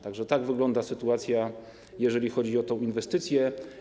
Tak wygląda sytuacja, jeżeli chodzi o tę inwestycję.